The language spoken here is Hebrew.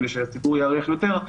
כדי שהציבור יערך יותר,